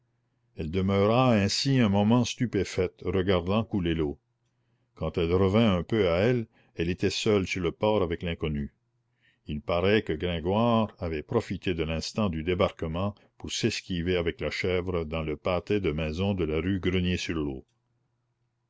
elle demeura ainsi un moment stupéfaite regardant couler l'eau quand elle revint un peu à elle elle était seule sur le port avec l'inconnu il paraît que gringoire avait profité de l'instant du débarquement pour s'esquiver avec la chèvre dans le pâté de maisons de la rue grenier sur leau